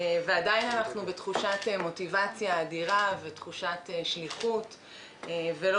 ועדיין אנחנו בתחושת מוטיבציה אדירה ותחושת שליחות ולא